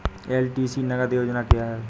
LTC नगद योजना क्या है?